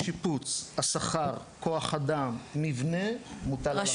השיפוץ, השכר, כוח אדם, מבנה, מוטל על הרשויות.